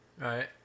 Right